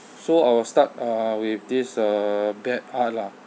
so I will start uh with this uh bad art lah